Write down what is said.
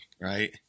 right